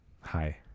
Hi